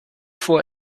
vor